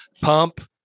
pump